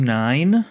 nine